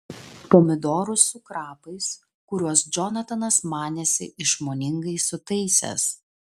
pomidorus su krapais kuriuos džonatanas manėsi išmoningai sutaisęs